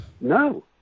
No